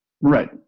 Right